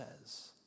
says